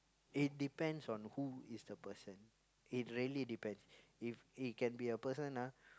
it depends on who is the person it really depends if it can be a person ah